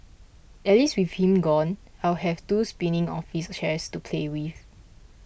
at least with him gone I'll have two spinning office chairs to play with